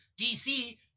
DC